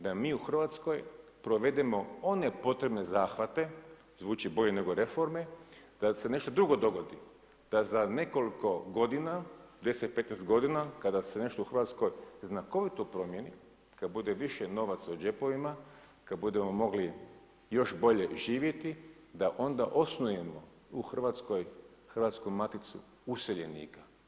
Da mi u Hrvatskoj provedemo one potrebne zahvate, zvuči bolje nego reforme da se nešto drugo dogodi, da za nekoliko godina 10, 15 godina kada se nešto u Hrvatskoj znakovito promijeni, kad bude više novaca u džepovima, kad budemo mogli još bolje živjeti, da onda osnujemo u Hrvatskoj Hrvatsku maticu useljenika.